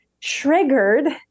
triggered